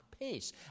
pace